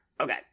okay